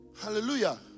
Hallelujah